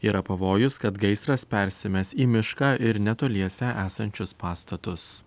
yra pavojus kad gaisras persimes į mišką ir netoliese esančius pastatus